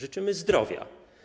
Życzymy zdrowia.